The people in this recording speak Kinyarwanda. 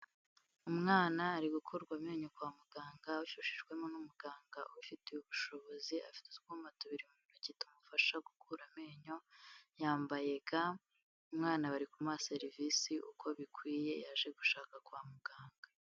Umwana ari gukurwa amenyo kwa muganga abifashijwemo n'umuganga ubifitiye ubushobozi, afite utwuma tubiri mu ntoki tumufasha gukura amenyo, yambaye ga, umwana bari kumuha serivisi uko bikwiye yaje gushaka kwa muganga.